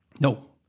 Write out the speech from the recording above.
No